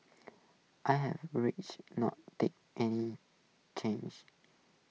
I'm rich not take any change